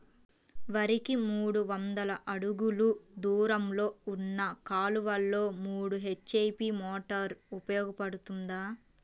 వరికి మూడు వందల అడుగులు దూరంలో ఉన్న కాలువలో మూడు హెచ్.పీ మోటార్ ఉపయోగపడుతుందా?